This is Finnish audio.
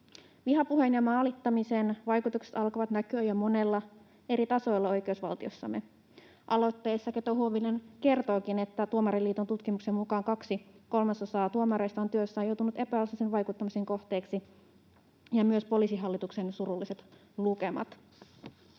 Vihapuheen ja maalittamisen vaikutukset alkavat näkyä jo monella eri tasolla oikeusval-tiossamme. Aloitteessa Keto-Huovinen kertookin, että Tuomariliiton tutkimuksen mukaan kaksi kolmasosaa tuomareista on työssään joutunut epäasiallisen vaikuttamisen kohteeksi, ja myös Poliisihallituksen surulliset lukemat.